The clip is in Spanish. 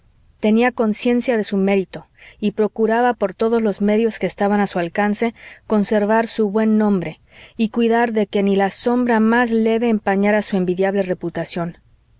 tenía conciencia de su mérito y procuraba por todos los medios que estaban a su alcance conservar su buen nombre y cuidar de que ni la sombra más leve empañara su envidiable reputación